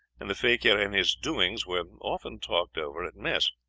and the fakir and his doings were often talked over at mess,